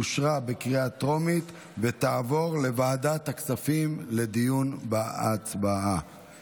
אושרה בקריאה טרומית ותעבור לוועדת הכספים לדיון בהצעה.